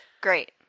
Great